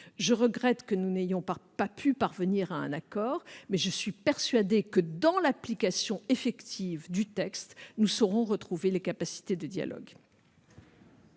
Je regrette que nous n'ayons pas pu parvenir à un accord, mais je suis persuadée que, lors de l'application effective du texte, nous saurons retrouver des capacités de dialogue.